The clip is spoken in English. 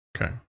Okay